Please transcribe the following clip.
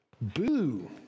boo